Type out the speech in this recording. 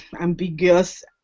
ambiguous